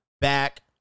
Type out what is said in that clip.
back